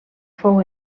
fou